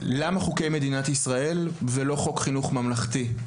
למה חוקי מדינת ישראל ולא חוק חינוך ממלכתי?